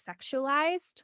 sexualized